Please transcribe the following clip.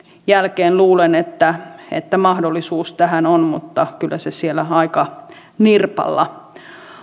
jälkeen luulen että että mahdollisuus tähän on mutta kyllä se siellä aika nirpalla